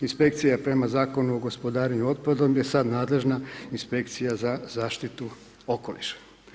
Inspekcija je prema Zakonu o gospodarenju otpadom je sad nadležna Inspekcija za zaštitu okoliša.